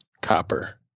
copper